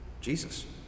Jesus